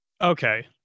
okay